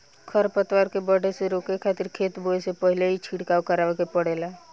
खर पतवार के बढ़े से रोके खातिर खेत बोए से पहिल ही छिड़काव करावे के पड़ेला